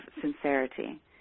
sincerity